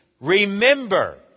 Remember